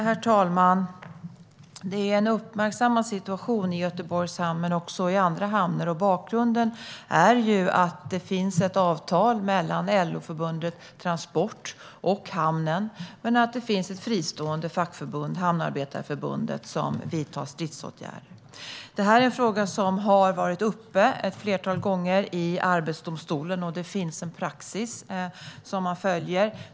Herr talman! Situation i Göteborgs hamn och i andra hamnar är uppmärksammad. Bakgrunden är att det finns ett avtal mellan LO-förbundet Transport och hamnen samtidigt som det finns ett fristående fackförbund, Hamnarbetarförbundet, som vidtar stridsåtgärder. Frågan har ett flertal gånger varit uppe i Arbetsdomstolen, och det finns en praxis som man följer.